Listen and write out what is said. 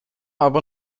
aber